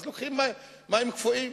אלא לוקחים מים קפואים.